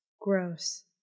Gross